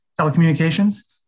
telecommunications